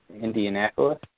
Indianapolis